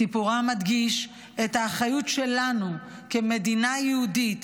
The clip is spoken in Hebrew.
סיפורם מדגיש את האחריות שלנו כמדינה יהודית